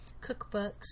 cookbooks